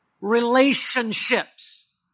relationships